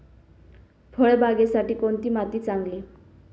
फळबागेसाठी कोणती माती चांगली?